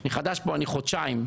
אני חודשיים פה.